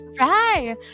right